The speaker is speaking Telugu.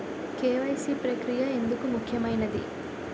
కే.వై.సీ ప్రక్రియ ఎందుకు ముఖ్యమైనది?